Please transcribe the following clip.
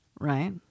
right